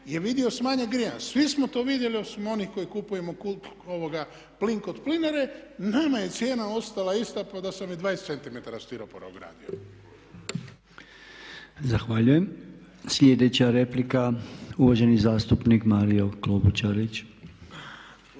je vidio smanjenje grijanja. Svi smo to vidjeli osim onih koji kupujemo kod plinare, nama je cijena ostala ista pa da sam i 20 cm stiropora ugradio. **Podolnjak, Robert (MOST)** Zahvaljujem. Sljedeća replika, uvaženi zastupnik Mario Klobučić.